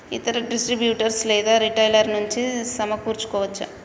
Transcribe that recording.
ఇతర డిస్ట్రిబ్యూటర్ లేదా రిటైలర్ నుండి సమకూర్చుకోవచ్చా?